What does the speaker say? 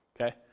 okay